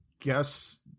guess